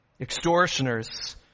extortioners